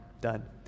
done